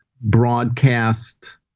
broadcast